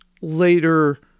later